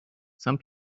some